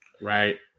right